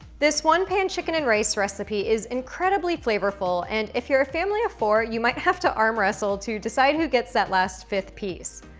this one-pan chicken and rice recipe is incredibly flavorful, and, if you're a family of four, you might have to arm wrestle to decide who gets that last fifth piece.